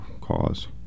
cause